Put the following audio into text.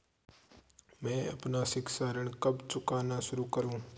मैं अपना शिक्षा ऋण कब चुकाना शुरू करूँ?